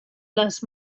les